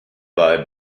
bei